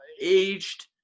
aged